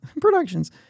productions